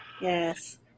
Yes